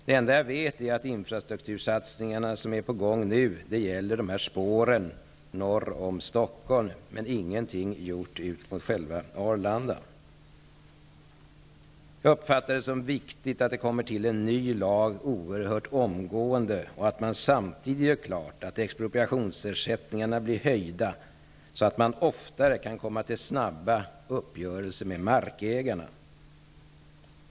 Det enda jag vet är att de infrastruktursatsningar som nu är på gång gäller spåren norr om Stockholm, men inte mot själva Jag uppfattar det som oerhört viktigt att en ny lag tillkommer utan dröjsmål och att man samtidigt gör klart att expropriationsersättningarna höjs i syfte att oftare kunna göra snabba uppgörelser med markägarna.